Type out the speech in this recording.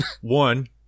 One